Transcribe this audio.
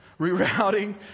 rerouting